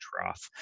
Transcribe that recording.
trough